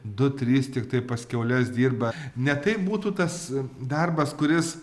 du trys tiktai pas kiaules dirba ne tai būtų tas darbas kuris